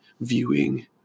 viewing